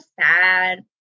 sad